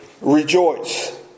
rejoice